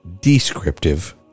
descriptive